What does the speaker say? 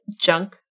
junk